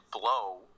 blow